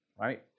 right